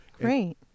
Great